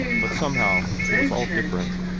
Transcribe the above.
but somehow it was all different.